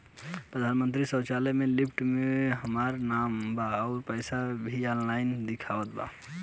प्रधानमंत्री शौचालय के लिस्ट में हमार नाम बा अउर पैसा भी ऑनलाइन दिखावत बा